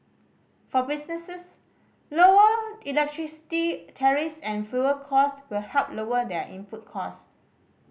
for businesses lower electricity tariffs and fuel cost will help lower their input cost